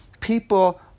people